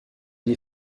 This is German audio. die